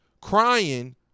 crying